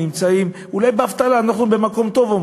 אומרים שאנחנו נמצאים אולי באבטלה במקום טוב,